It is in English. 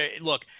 look –